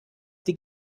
die